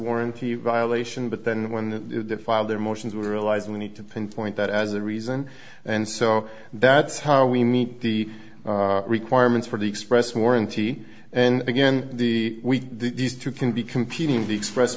warranty violation but then when the file their motions were realized we need to pinpoint that as a reason and so that's how we meet the requirements for the express warranty and again the these two can be competing for the express